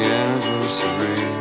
anniversary